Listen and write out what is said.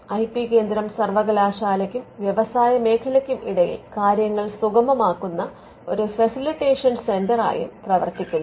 I P കേന്ദ്രം സർവ്വകലാശാലയ്ക്കും വ്യവസായ മേഖലയ്ക്കും ഇടയിൽ കാര്യങ്ങൾ സുഗമമാക്കുന്ന ഒരു ഫെസിലിറ്റേഷൻ സെന്റർ ആയും പ്രവർത്തിക്കുന്നു